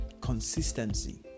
consistency